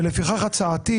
ולפיכך הצעתי